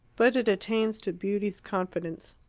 but it attains to beauty's confidence.